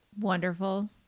wonderful